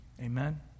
Amen